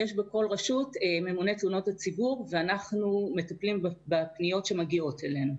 בכל רשות יש ממונה תלונות הציבור ואנחנו מטפלים בפניות שמגיעות אלינו.